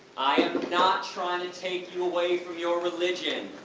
i am not trying to take you away from your religion.